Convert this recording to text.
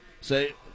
say